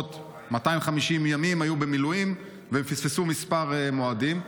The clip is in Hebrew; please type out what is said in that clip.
ימים במילואים והם פספסו כמה מועדים.